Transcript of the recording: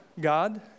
God